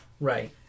Right